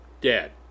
dead